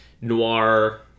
noir